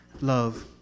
love